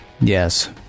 Yes